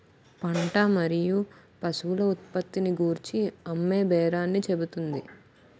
పంట మరియు పశువుల ఉత్పత్తిని గూర్చి అమ్మేబేరాన్ని చెబుతుంది